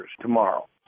tomorrow